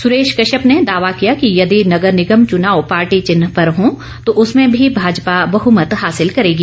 सुरेश कश्यप ने दावा किया कि यदि नगर निगम चुनाव पार्टी चिन्ह पर हो तो उसमें भी भाजपा बहुमत हासिल करेगी